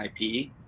IP